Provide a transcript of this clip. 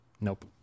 Nope